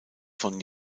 von